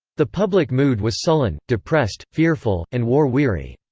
the public mood was sullen, depressed, fearful, and war-weary.